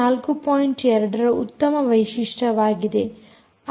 2 ರ ಉತ್ತಮ ವೈಶಿಷ್ಟ್ಯವಾಗಿದೆ